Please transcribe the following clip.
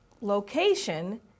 location